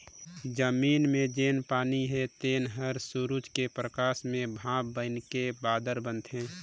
जमीन मे जेन पानी हे तेन हर सुरूज के परकास मे भांप बइनके बादर बनाथे